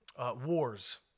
wars